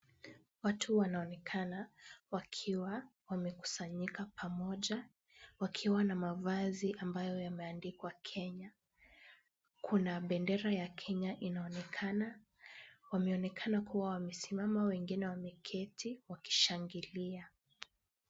Watu wanaonekana wakiwa wamekusanyika pamoja, wakiwa na mavazi ambayo yameandikwa Kenya. Kuna bendera ya Kenya inaonekana. Wameonekana kuwa wamesimama wengine wameketi wakishangilia.